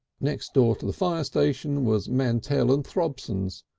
next door to the fire station was mantell and throbson's,